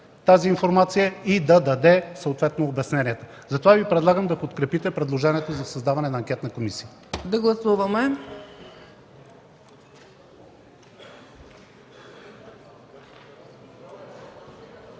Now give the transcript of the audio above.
тази информация и да даде съответно обяснение. Затова Ви предлагам да подкрепите предложението за създаване на анкетна комисия.